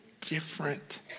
different